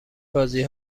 بازی